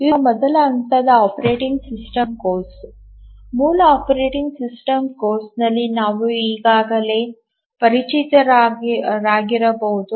ಇದು ನಮ್ಮ ಮೊದಲ ಹಂತದ ಆಪರೇಟಿಂಗ್ ಸಿಸ್ಟಮ್ ಕೋರ್ಸ್ ಮೂಲ ಆಪರೇಟಿಂಗ್ ಸಿಸ್ಟಮ್ ಕೋರ್ಸ್ನಲ್ಲಿ ನಾವು ಈಗಾಗಲೇ ಪರಿಚಿತರಾಗಿರಬಹುದು